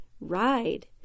ride